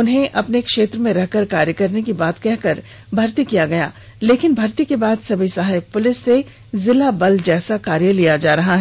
उन्हें अपने क्षेत्र में रह कर कार्य करने की बात कह कर भर्ती लिया गया लेकिन भर्ती के बाद सभी सहायक पुलिस से जिला बल के जैसा कार्य लिया जा रहा हैं